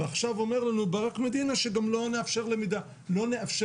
עכשיו אומר לנו ברק מדינה שגם לא נאפשר למידה מרחוק.